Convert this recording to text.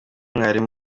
mwarimu